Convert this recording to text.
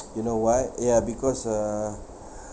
you know why ya because uh